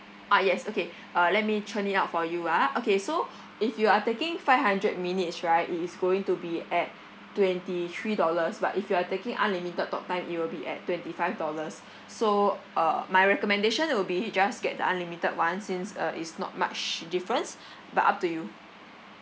ah yes okay uh let me churn it out for you ah okay so if you are taking five hundred minutes right it is going to be at twenty three dollars but if you are taking unlimited talktime it will be at twenty five dollars so uh my recommendation will be just get the unlimited one since uh is not much difference but up to you